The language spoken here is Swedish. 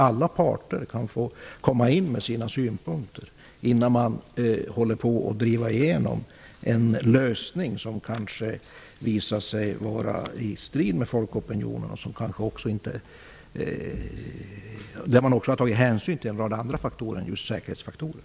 Alla parter skall kunna komma in med synpunkter innan en lösning drivs igenom som kanske visar sig vara i strid med folkopinionen och där andra hänsyn än säkerhet kan ha spelat in.